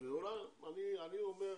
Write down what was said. אני אומר,